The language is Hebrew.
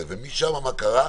ומשם, מה קרה?